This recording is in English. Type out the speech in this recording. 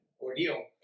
ordeal